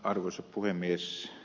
arvoisa puhemies